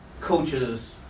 coaches